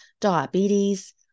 diabetes